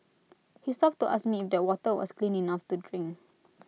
he stopped to ask me if that water was clean enough to drink